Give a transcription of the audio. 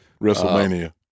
WrestleMania